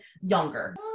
younger